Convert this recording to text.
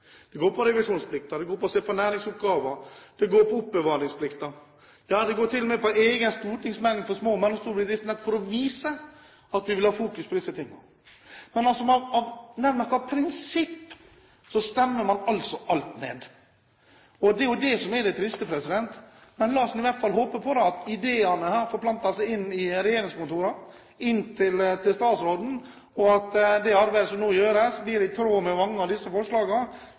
Det går på revisjonsplikten, det går på å se på næringsoppgaver, det går på oppbevaringsplikten, det går til og med på en egen stortingsmelding om små og mellomstore bedrifter, nettopp for å vise at vi vil ha fokus på disse tingene. Men nærmest av prinsipp stemmer man altså alt ned. Det er jo det som er det triste. Men la oss i hvert fall håpe på at ideene har forplantet seg inn i regjeringskontorene, inn til statsråden, og at det arbeidet som nå gjøres, blir i tråd med mange av disse forslagene,